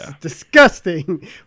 Disgusting